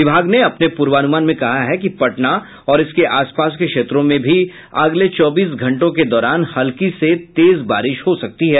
विभाग ने अपने पूर्वानुमान में कहा है कि पटना और उसके आसपास के क्षेत्रों में भी अगले चौबीस घंटों के दौरान हल्की से तेज बारिश हो सकती है